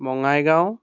Bongaigaon